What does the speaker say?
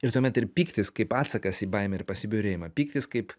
ir tuomet ir pyktis kaip atsakas į baimę ir pasibjaurėjimą pyktis kaip